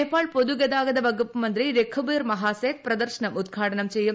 നേപ്പാൾ പൊതു ഗതാഗത വകുപ്പ്മന്ത്രി രഘുബീർ മഹാസേത് പ്രദർശനം ഉദ്ഘാടനം ചെയ്യും